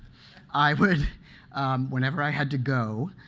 i would whenever i had to go,